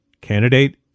candidate